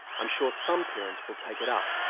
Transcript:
i'm sure some parents will take it up,